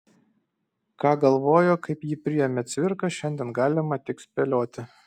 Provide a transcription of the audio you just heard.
ką galvojo kaip jį priėmė cvirka šiandien galima tik spėlioti